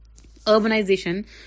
Urbanization